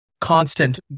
constant